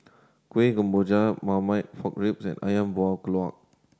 Kueh Kemboja Marmite Pork Ribs and Ayam Buah Keluak